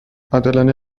عادلانه